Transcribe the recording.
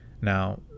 Now